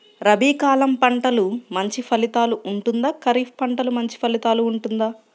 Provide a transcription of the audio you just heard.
రబీ కాలం పంటలు మంచి ఫలితాలు ఉంటుందా? ఖరీఫ్ పంటలు మంచి ఫలితాలు ఉంటుందా?